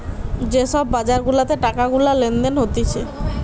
যে সব বাজার গুলাতে টাকা গুলা লেনদেন হতিছে